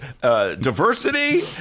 Diversity